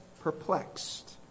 perplexed